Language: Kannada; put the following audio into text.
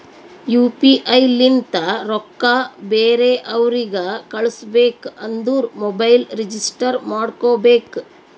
ಯು ಪಿ ಐ ಲಿಂತ ರೊಕ್ಕಾ ಬೇರೆ ಅವ್ರಿಗ ಕಳುಸ್ಬೇಕ್ ಅಂದುರ್ ಮೊಬೈಲ್ ರಿಜಿಸ್ಟರ್ ಮಾಡ್ಕೋಬೇಕ್